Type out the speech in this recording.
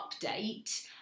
update